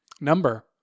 Number